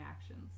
actions